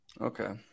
Okay